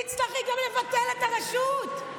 תצטרכי גם לבטל את הרשות.